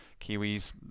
kiwis